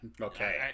Okay